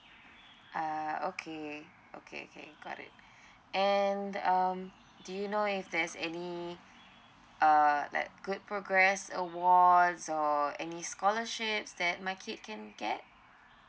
uh okay okay okay got it and um do you know if there's any uh like good progress awards or any scholarships that my kid can get